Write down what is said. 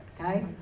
Okay